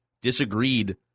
disagreed